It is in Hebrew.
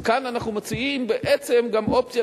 אז כאן אנחנו מציעים בעצם גם אופציה